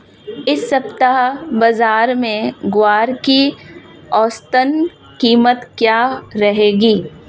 इस सप्ताह बाज़ार में ग्वार की औसतन कीमत क्या रहेगी?